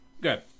Good